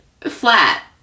flat